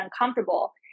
uncomfortable